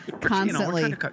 Constantly